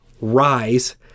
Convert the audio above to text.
rise